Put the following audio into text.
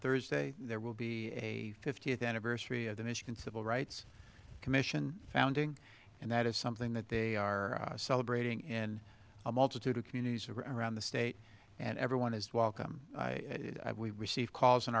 thursday there will be a fiftieth anniversary of the michigan civil rights commission founding and that is something that they are celebrating in a multitude of communities around the state and everyone is welcome we receive calls in